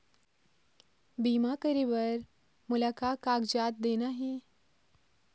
बीमा करे बर मोला का कागजात देना हे?